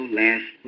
last